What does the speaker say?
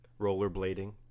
rollerblading